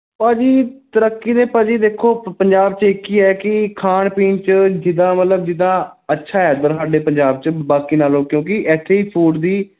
ਭਾਜੀ ਤਰੱਕੀ ਤਾਂ ਭਾਜੀ ਦੇਖੋ ਪੰਜਾਬ 'ਚ ਇੱਕ ਹੀ ਹੈ ਕਿ ਖਾਣ ਪੀਣ 'ਚ ਜਿੱਦਾਂ ਮਤਲਬ ਜਿੱਦਾਂ ਅੱਛਾ ਹੈ ਇੱਧਰ ਸਾਡੇ ਪੰਜਾਬ 'ਚ ਬਾਕੀ ਨਾਲੋਂ ਕਿਉਂਕਿ ਇੱਥੇ ਫੂਡ ਦੀ